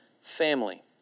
family